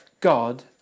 God